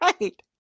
right